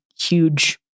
huge